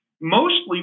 mostly